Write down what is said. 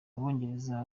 abongereza